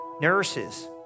nurses